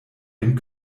den